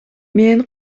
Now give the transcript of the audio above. мен